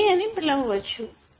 ఆలా పిలవచ్చు